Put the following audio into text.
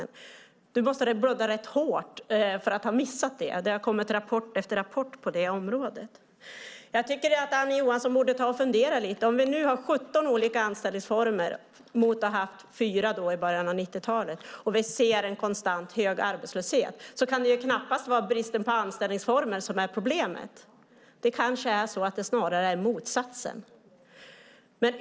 Du måste ha blundat rätt hårt för att ha missat det. Det har kommit rapport efter rapport på det området. Jag tycker att Annie Johansson borde fundera lite. Om vi nu har 17 olika anställningsformer jämfört med att vi hade 4 i början av 90-talet och ser en konstant hög arbetslöshet kan det knappast vara bristen på anställningsformer som är problemet. Det kanske snarare är motsatsen.